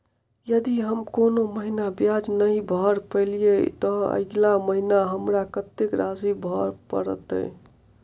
यदि हम कोनो महीना ब्याज नहि भर पेलीअइ, तऽ अगिला महीना हमरा कत्तेक राशि भर पड़तय?